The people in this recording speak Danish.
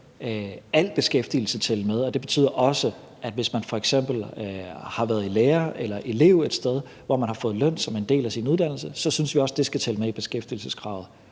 al beskæftigelse tælle med, og det betyder også, at hvis man f.eks. har været i lære eller været elev et sted, hvor man har fået løn som en del af sin uddannelse, synes vi også, at det skal tælle med som beskæftigelse under